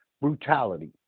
brutality